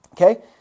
Okay